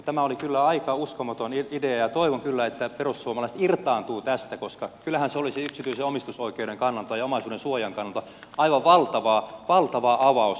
tämä oli kyllä aika uskomaton idea ja toivon kyllä että perussuomalaiset irtaantuu tästä koska kyllähän se olisi yksityisen omistusoikeuden ja omaisuudensuojan kannalta aivan valtava avaus